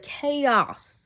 chaos